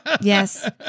Yes